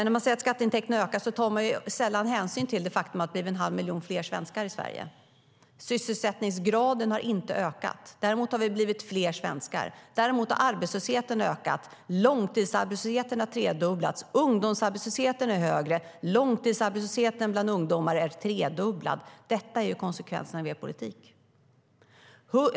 När man säger att skatteintäkterna ökar tar man sällan hänsyn till det faktum att vi har blivit en halv miljon fler svenskar i Sverige. Sysselsättningsgraden har inte ökat; däremot har vi blivit fler svenskar. Arbetslösheten har ökat, långtidsarbetslösheten har tredubblats, ungdomsarbetslösheten är högre och långtidsarbetslösheten bland ungdomar är tredubblad. Detta är konsekvenserna av er politik.